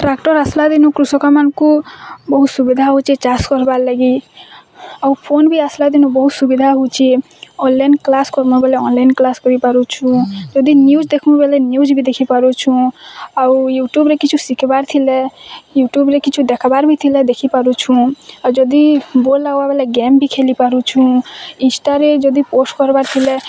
tractor ଆସିଲା ଦିନୁ କୃଷକମାନଙ୍କୁ ବହୁତ୍ ସୁବିଧା ହେଉଛି ଚାଷ୍ କର୍ବାର ଲାଗି ଆଉ ଫୋନ୍ ବି ଆସିଲା ଦିନୁ ବହୁତ୍ ସୁବିଧା ହେଉଛି ଅନ୍ଲାଇନ୍ କ୍ଲାସ୍ କଲାବେଳେ ଅନ୍ଲାଇନ୍ କ୍ଲାସ୍ କରିପାରୁଛୁଁ ଯଦି ନ୍ୟୁଜ୍ ଦେଖ୍ମୁଁ ବୋଲେ ନ୍ୟୁଜ୍ ବି ଦେଖି ପାରୁଛୁଁ ଆଉ ୟୁଟୁବ୍ରେ କିଛି ଶିଖିବାର୍ ଥିଲେ ୟୁଟୁବ୍ରେ କିଛି ଦେଖିବାର ବି ଥିଲେ ଦେଖି ପାରୁଛୁଁ ଆଉ ଯଦି ବୋର୍ ଲାଗ୍ବାର ଗେମ୍ ବି ଖେଲି ପାରୁଛୁଁ ଇନଷ୍ଟାରେ ଯଦି ପୋଷ୍ଟ କରିବାର୍ ଥିଲେ